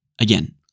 again